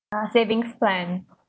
ah savings plan